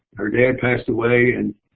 her dad passed away and